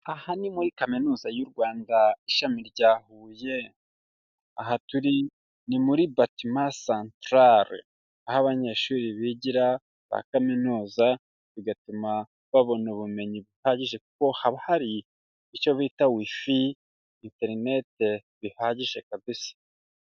Aha ni muri Kaminuza y'u Rwanda, ishami rya Huye. Aha turi ni muri Batima Centrale, aho abanyeshuri bigira ba kaminuza, bigatuma babona ubumenyi buhagije kuko haba hari icyo bita wifi, internet bihagije kabisa.